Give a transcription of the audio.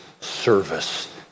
service